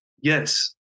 Yes